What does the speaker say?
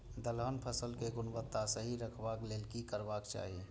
दलहन फसल केय गुणवत्ता सही रखवाक लेल की करबाक चाहि?